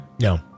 No